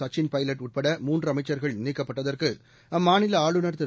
சச்சின் பைலட் உட்பட மூன்று அமைச்சர்கள் நீக்கப்பட்டதற்கு அம்மாநில ஆளுநர் திரு